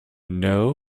know